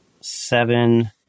seven